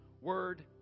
word